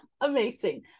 amazing